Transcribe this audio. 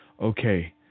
okay